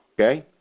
Okay